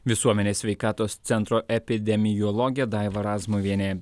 visuomenės sveikatos centro epidemiologė daiva razmuvienė